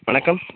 வணக்கம்